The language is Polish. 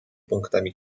punktami